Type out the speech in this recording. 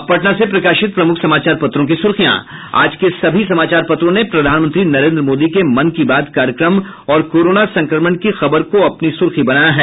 अब पटना से प्रकाशित प्रमुख समाचार पत्रों की सुर्खियां आज के सभी समाचार पत्रों ने प्रधानमंत्री नरेन्द्र मोदी के मन की बात कार्यक्रम और कोरोना संक्रमण की खबर को अपनी सुर्खी बनाया है